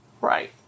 Right